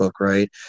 right